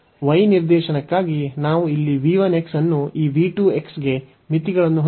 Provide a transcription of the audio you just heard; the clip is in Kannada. y ನಿರ್ದೇಶನಕ್ಕಾಗಿ ನಾವು ಇಲ್ಲಿ v 1 ಅನ್ನು ಈ v 2 ಗೆ ಮಿತಿಗಳನ್ನು ಹೊಂದಿದ್ದೇವೆ